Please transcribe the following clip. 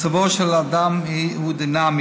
מצבו של אדם הוא דינמי,